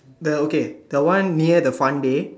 the okay the one near the fun day